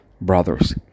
brothers